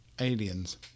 aliens